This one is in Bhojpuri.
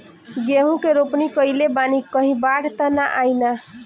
गेहूं के रोपनी कईले बानी कहीं बाढ़ त ना आई ना?